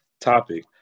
topic